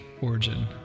origin